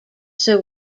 sir